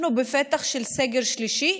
אנחנו בפתח של סגר שלישי,